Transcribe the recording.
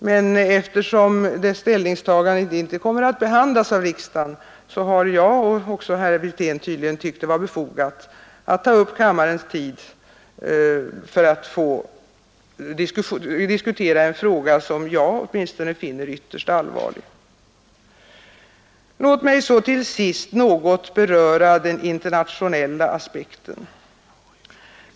Men eftersom det ställningstagandet inte kommer att behandlas av riksdagen har jag och tydligen också herr Wirtén tyckt det vara befogat att ta upp kammarens tid för att få diskutera en fråga som jag åtminstone finner ytterst allvarlig. Låt mig så till sist något beröra den internationella aspekten.